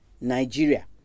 Nigeria